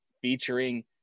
featuring